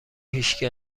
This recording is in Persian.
هیچکی